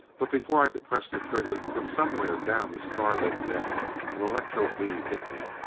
but before i could press the trigger, from somewhere down the starlit deck an electro beam hit me.